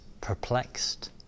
perplexed